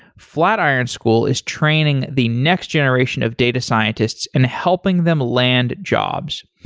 flatiron school is training the next generation of data scientists and helping them land jobs.